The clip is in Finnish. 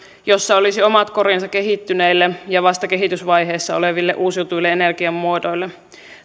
jossa olisi omat korinsa kehittyneille ja vasta kehitysvaiheessa oleville uusiutuville energiamuodoille